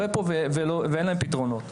ואין להם פתרונות.